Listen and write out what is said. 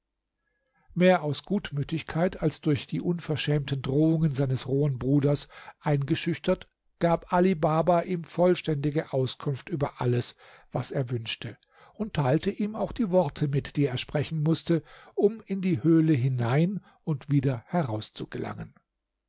mehr aus gutmütigkeit als durch die unverschämten drohungen seines rohen bruders eingeschüchtert gab ali baba ihm vollständige auskunft über alles was er wünschte und teilte ihm auch die worte mit die er sprechen mußte um in die höhle hinein und wieder